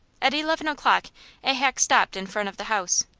at eleven o'clock a stopped in front of the house,